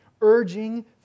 urging